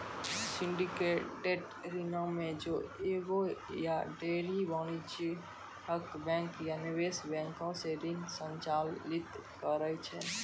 syndicated ऋणो मे जे एगो या ढेरी वाणिज्यिक बैंक या निवेश बैंको से ऋण संचालित करै छै